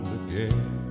again